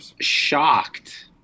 shocked